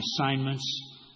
assignments